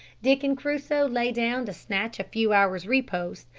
dick and crusoe lay down to snatch a few hours' repose,